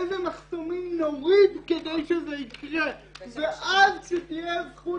איזה מחסומים נוריד כדי שזה יקרה ואז כשתהיה זכות